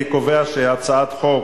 אני קובע שהצעת חוק